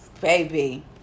baby